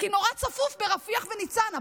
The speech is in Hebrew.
כי נורא צפוף ברפיח וניצנה.